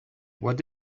what